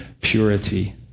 purity